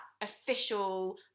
official